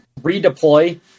redeploy